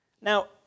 Now